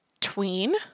tween